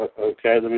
Okay